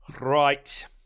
right